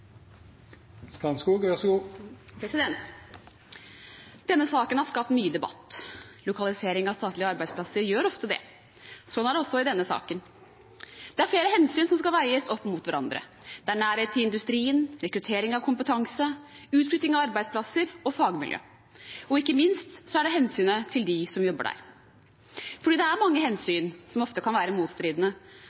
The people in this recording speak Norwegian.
det også i denne saken. Det er flere hensyn som skal veies opp mot hverandre. Det er nærhet til industrien, rekruttering av kompetanse, utflytting av arbeidsplasser og fagmiljø. Ikke minst er det hensynet til dem som jobber der. Fordi det er mange hensyn som ofte kan være motstridende,